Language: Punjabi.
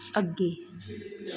ਅੱਗੇ